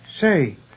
Say